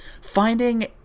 Finding